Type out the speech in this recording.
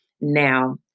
Now